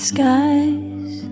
skies